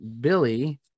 Billy